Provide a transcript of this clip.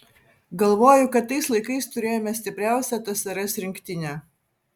galvoju kad tais laikais turėjome stipriausią tsrs rinktinę